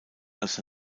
als